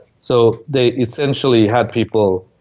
so they essentially had people,